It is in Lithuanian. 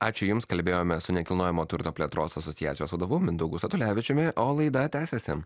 ačiū jums kalbėjome su nekilnojamo turto plėtros asociacijos vadovu mindaugu statulevičiumi o laida tęsiasi